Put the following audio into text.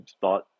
thought